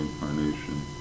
incarnation